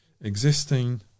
existing